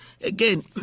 again